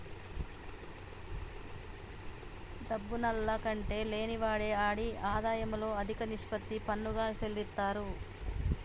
డబ్బున్నాల్ల కంటే లేనివాడే ఆడి ఆదాయంలో అదిక నిష్పత్తి పన్నుగా సెల్లిత్తారు